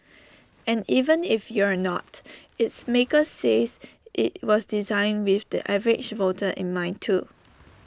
and even if you're not its makers say IT was designed with the average voter in mind too